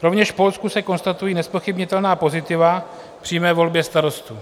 Rovněž v Polsku se konstatují nezpochybnitelná pozitiva k přímé volbě starostů.